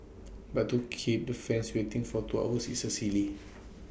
but to keep the fans waiting for two hours is sir silly